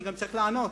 אני צריך גם לענות: